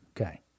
Okay